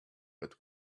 but